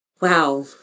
Wow